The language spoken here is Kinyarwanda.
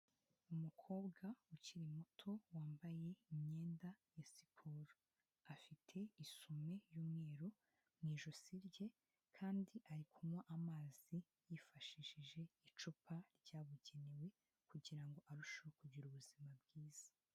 Umukobwa ukiri muto wambaye imyenda ya siporo afite isume y'umweru mu ijosi rye kandi ari kunywa amazi yifashishije icupa ryabugenewe kugirango arusheho kugira ubuzima bwiza.